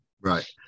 Right